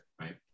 right